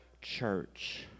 church